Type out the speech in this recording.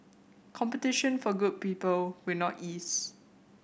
competition for good people will not ease